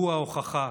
הוא ההוכחה,